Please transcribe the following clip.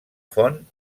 font